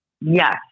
Yes